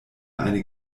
eine